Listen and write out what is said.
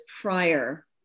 prior